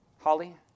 Holly